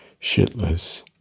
shitless